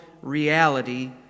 reality